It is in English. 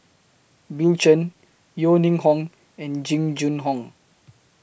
Bill Chen Yeo Ning Hong and Jing Jun Hong